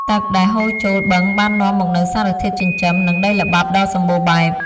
ទឹកដែលហូរចូលបឹងបាននាំមកនូវសារធាតុចិញ្ចឹម និងដីល្បាប់ដ៏សម្បូរបែប។